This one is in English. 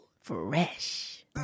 Fresh